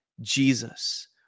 Jesus